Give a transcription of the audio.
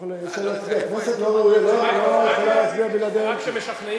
אני לא יכול, הכנסת לא יכולה להצביע בלעדי אלקין.